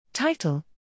Title